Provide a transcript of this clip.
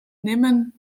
nimmen